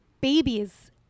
babies